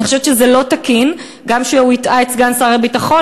אני חושבת שזה לא תקין גם שהוא הטעה את סגן שר הביטחון,